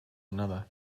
another